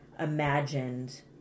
imagined